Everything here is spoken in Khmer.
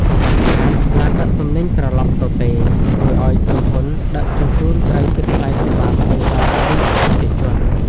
កង្វះខាត "ឡានដឹកទំនិញត្រឡប់ទទេ" ធ្វើឱ្យក្រុមហ៊ុនដឹកជញ្ជូនត្រូវគិតថ្លៃសេវាទ្វេដងពីអតិថិជន។